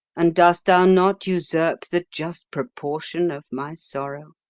and dost thou not usurp the just proportion of my sorrow?